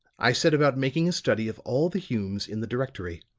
i set about making a study of all the humes in the directory.